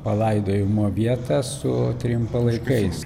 palaidojimo vietą su trim palaikais